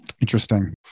interesting